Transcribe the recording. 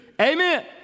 Amen